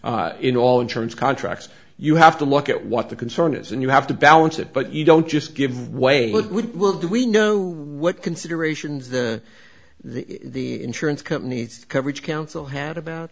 in all insurance contracts you have to look at what the concern is and you have to balance that but you don't just give way but we will do we know what considerations the the insurance companies coverage counsel had about